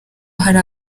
hari